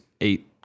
eight